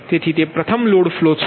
તેથી તે પ્રથમ લોડ ફ્લો છે